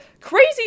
crazy